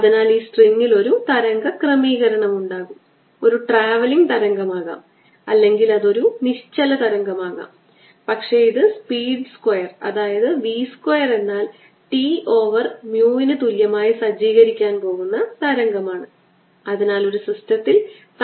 ഇവിടെ r unit vector അത് ആകാൻ പോകുന്നു d e raise to minus lambda r over r square ഗുണം ആർ ആർ സ്ക്വാർ ഇത് phi theta എന്നിവയെ ആശ്രയിക്കാത്തതിനാൽ എനിക്ക് ഇത് 4 pi എന്ന് എഴുതാം